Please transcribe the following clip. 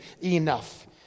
enough